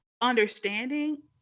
understanding